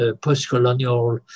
post-colonial